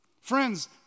Friends